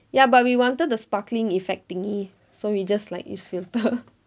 ya but we wanted the sparkling effect thingy so we just like use filter